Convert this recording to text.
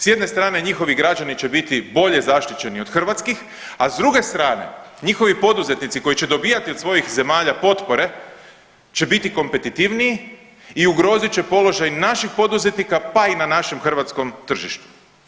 S jedne strane njihovi građani će biti bolje zaštićeni od hrvatskih, a s druge strane njihovi poduzetnici koji će dobivati od svojih zemalja potpore će biti kompetitivniji i ugrozit će položaj naših poduzetnika pa i na našem hrvatskom tržištu.